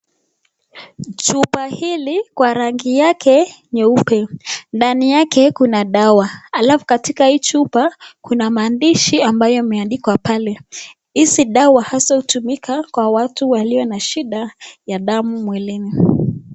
Chupa hili kwa rangi yake nyeupe ndani yake kuna dawa alafu katika hii chupa kuna maandishi ambayo imeandikwa pale hizi dawa hasaa hutumika kwa watu walio na shida ya damu mwilini.